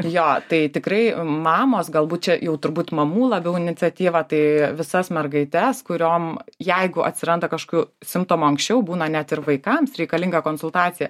jo tai tikrai mamos galbūt čia jau turbūt mamų labiau iniciatyva tai visas mergaites kuriom jeigu atsiranda kažkokių simptomų anksčiau būna net ir vaikams reikalinga konsultacija